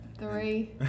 Three